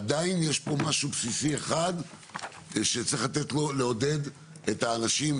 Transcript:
עדיין יש פה משהו בסיסי אחד שצריך לעודד את האנשים,